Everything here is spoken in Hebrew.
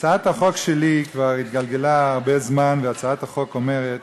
הצעת החוק שלי כבר התגלגלה הרבה זמן, והיא אומרת